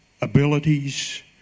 abilities